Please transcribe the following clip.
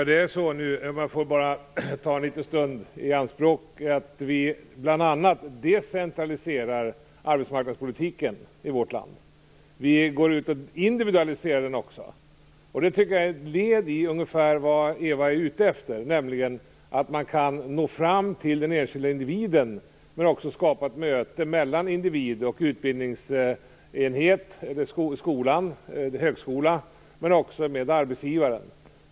Herr talman! Om jag får ta en liten stund i anspråk vill jag säga att vi bl.a. decentraliserar arbetsmarknadspolitiken i vårt land. Vi går också ut och individualiserar den. Det är ett led i det Eva Johansson är ute efter. Man kan nå fram till den enskilda individen, men också skapa ett möte mellan individ och utbildningsenhet - skola eller högskola - och också med arbetsgivare.